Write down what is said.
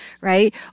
right